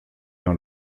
l’un